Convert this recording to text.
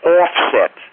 offset